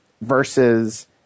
versus